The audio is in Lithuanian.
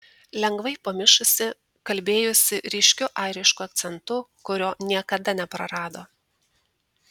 lengvai pamišusi kalbėjusi ryškiu airišku akcentu kurio niekada neprarado